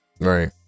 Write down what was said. Right